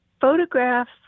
photographs